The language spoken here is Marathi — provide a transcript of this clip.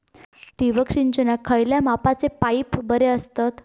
ठिबक सिंचनाक खयल्या मापाचे पाईप बरे असतत?